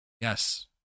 yes